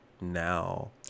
now